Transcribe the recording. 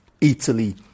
Italy